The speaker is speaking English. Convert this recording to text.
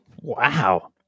Wow